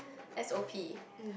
S_O_P